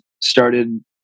started